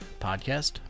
Podcast